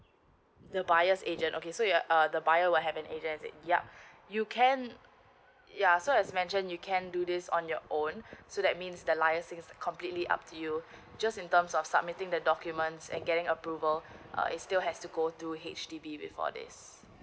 the buyer's agent okay so ya the buyer will have an agent yup you can ya so as mention you can do this on your own so that means that liaising completely up to you just in terms of submitting the documents and getting approval uh is still has to go through H_D_B before this